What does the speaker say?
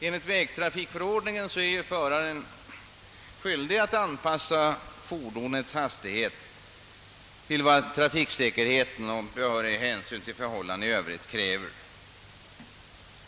Enligt vägtrafikförordningen är ju föraren skyldig att anpassa fordonets hastighet till vad trafiksäkerheten och behörig hänsyn till förhållandena i övrigt kräver.